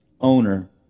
owner